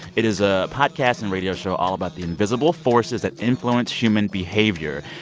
it is a podcast and radio show all about the invisible forces that influence human behavior.